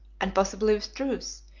and possibly with truth,